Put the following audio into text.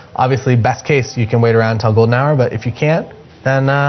obviously best case you can wait around, tell golden hour, but if you can't then ah,